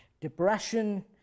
depression